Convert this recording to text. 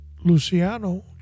Luciano